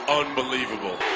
unbelievable